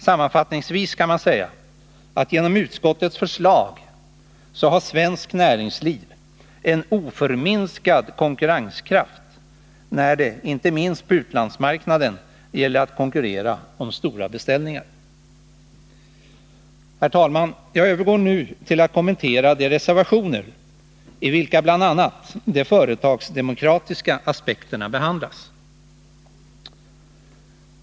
Sammanfattningsvis kan man säga att genom utskottets förslag har svenskt näringsliv en oförminskad konkurrenskraft när det, inte minst på utlandsmarknaden, gäller att konkurrera om stora beställningar. Herr talman! Jag övergår nu till att kommentera de reservationer i vilka bl.a. de företagsdemokratiska aspekterna behandlas.